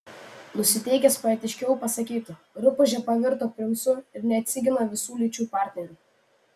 nusiteikęs poetiškiau pasakytų rupūžė pavirto princu ir neatsigina visų lyčių partnerių